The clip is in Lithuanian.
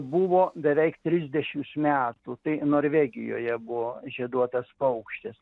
buvo beveik trisdešims metų tai norvegijoje buvo žieduotas paukštis